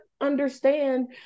understand